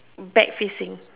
back facing